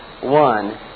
one